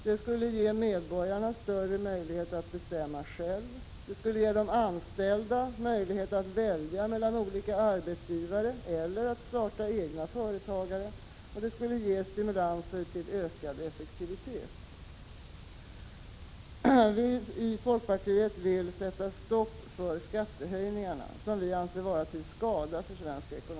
Det skulle ge medborgarna större möjligheter att bestämma själva, det skulle ge de anställda möjlighet att välja mellan olika arbetsgivare eller att starta egna företag och det skulle ge stimulanser till ökad effektivitet. Vi i folkpartiet vill sätta stopp för skattehöjningarna, som vi anser vara till skada för svensk ekonomi.